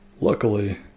Luckily